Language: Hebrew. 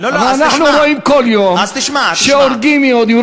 ואנחנו רואים כל יום שהורגים יהודים,